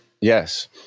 Yes